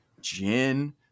gin